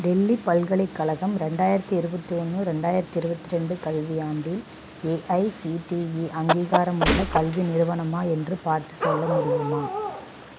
டெல்லி பல்கலைக்கழகம் ரெண்டாயிரத்தி இருபத்தி ஒன்று ரெண்டாயிரத்தி இருபத்தி ரெண்டு கல்வியாண்டில் ஏஐசிடிஇ அங்கீகாரமுள்ள கல்வி நிறுவனமா என்று பார்த்துச் சொல்ல முடியுமா